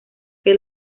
que